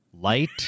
light